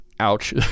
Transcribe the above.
ouch